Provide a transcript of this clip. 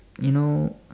you know